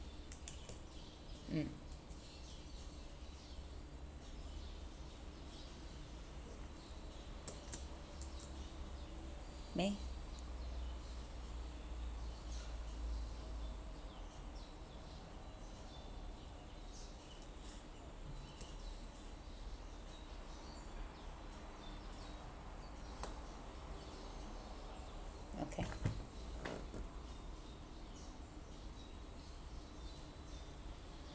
uh mei okay